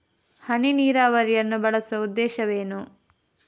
ಹನಿ ನೀರಾವರಿಯನ್ನು ಬಳಸುವ ಉದ್ದೇಶವೇನು?